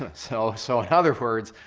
ah so so in other words,